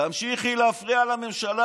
תמשיכי להפריע לממשלה,